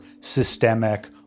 systemic